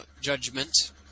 judgment